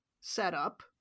setup